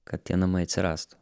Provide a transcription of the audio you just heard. kad tie namai atsirastų